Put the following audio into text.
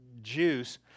juice